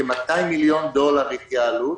כ-200 מיליון דולר התייעלות,